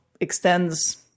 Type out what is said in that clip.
extends